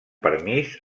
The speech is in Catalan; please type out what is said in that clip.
permís